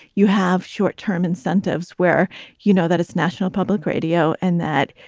you have short term incentives where you know that it's national public radio and that,